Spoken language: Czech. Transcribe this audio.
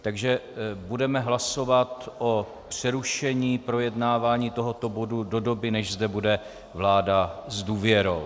Takže budeme hlasovat o přerušení projednávání tohoto bodu do doby, než zde bude vláda s důvěrou.